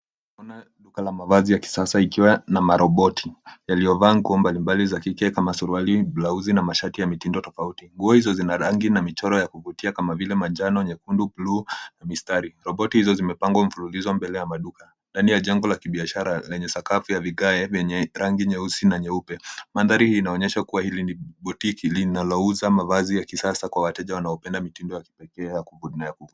Tunaona duka la mavazi ya kisasa ikiwa na maroboti yaliovaa nguo mbalimbali za kike kama suruali, blauzi, na mashati ya mitindo tofauti. Nguo hizo zina rangi na michoro ya kuvutia kama vile majano, nyekundu, blue , na mistari. Roboti hizo zimepangwa mfululizo mbele ya maduka ndani ya jengo la kibiashara lenye sakafu ya vigae vyenye rangi nyeusi na nyeupe. Mandhari hii inaonyesha kuwa hili ni butiki linalouza mavazi ya kisasa kwa wateja wanaopenda mitindo ya kipekee na ya ku.